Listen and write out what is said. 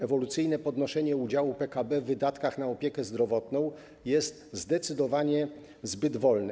Ewolucyjne podnoszenie udziału PKB w wydatkach na opiekę zdrowotną jest zdecydowanie zbyt wolne.